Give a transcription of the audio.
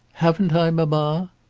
haven't i, mamma?